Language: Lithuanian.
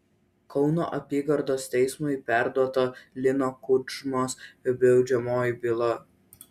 kauno apygardos teismui perduota lino kudžmos baudžiamoji byla